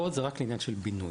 פה זה רק לעניין של בינוי,